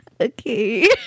Okay